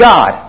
God